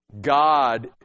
God